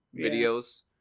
videos